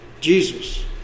Jesus